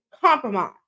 compromise